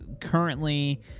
currently